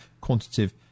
quantitative